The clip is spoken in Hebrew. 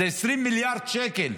זה 20 מיליארד שקל.